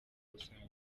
rusange